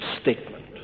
statement